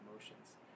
emotions